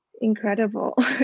incredible